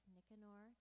Nicanor